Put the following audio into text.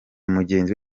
mugenzi